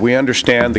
we understand the